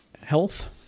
health